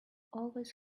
always